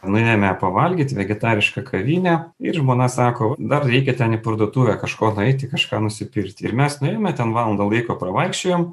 nuėjome pavalgyt į vegetarišką kavinę ir žmona sako va dar reikia ten į parduotuvę kažko nueiti kažką nusipirkti ir mes nuėjome ten valandą laiko pravaikščiojom